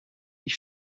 ich